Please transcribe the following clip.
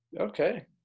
Okay